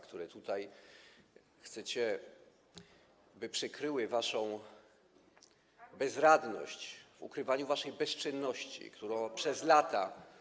które tutaj chcecie, by przykryły waszą bezradność w ukrywaniu waszej bezczynności, która przez lata.